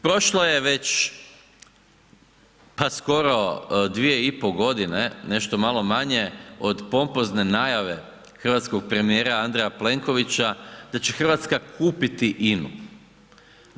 Prošlo je već pa skoro 2,5 godine, nešto malo manje od pompozne najave hrvatskog premijera Andreja Plenkovića da će Hrvatska kupiti INA-u.